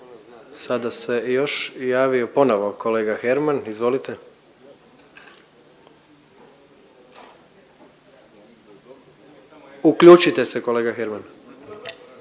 sada se još javio ponovo kolega Herman. Izvolite. Uključite se kolega Herman.